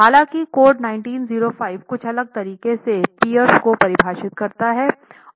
हालांकि कोड 1905 कुछ अलग तरीके से पियर्स को परिभाषित करता है